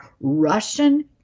Russian